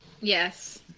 Yes